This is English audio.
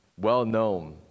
well-known